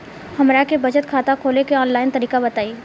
हमरा के बचत खाता खोले के आन लाइन तरीका बताईं?